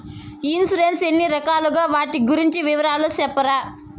Insurance ఎన్ని రకాలు వాటి గురించి వివరాలు సెప్తారా?